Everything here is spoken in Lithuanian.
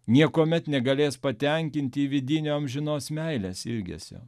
niekuomet negalės patenkinti vidinio amžinos meilės ilgesio